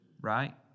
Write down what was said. right